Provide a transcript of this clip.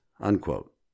unquote